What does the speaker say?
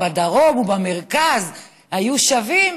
בדרום ובמרכז היו שווים,